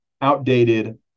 outdated